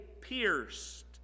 pierced